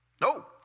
No